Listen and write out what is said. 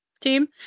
team